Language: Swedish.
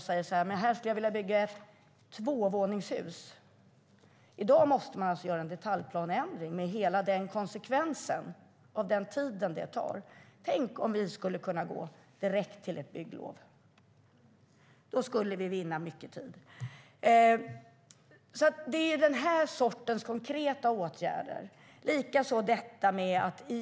Där vill någon bygga ett tvåvåningshus. I dag måste man göra en detaljplaneändring med all den tid det tar. Om vi i stället kunde gå direkt till ett bygglov skulle vi vinna mycket tid. Det är sådana här konkreta åtgärder vi efterlyser.